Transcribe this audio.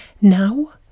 Now